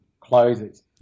closes